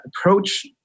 approach